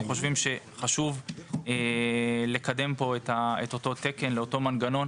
חושבים שחשוב לקדם פה את אותו תקן לאותו מנגנון,